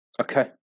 Okay